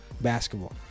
basketball